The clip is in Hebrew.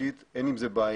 חוקית אין עם זה בעיה.